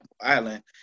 island